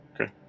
Okay